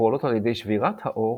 שפועלות על ידי שבירת האור,